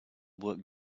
work